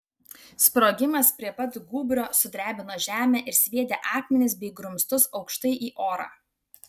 sprogimas prie pat gūbrio sudrebino žemę ir sviedė akmenis bei grumstus aukštai į orą